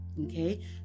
okay